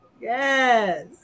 Yes